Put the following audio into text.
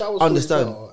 understand